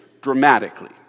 dramatically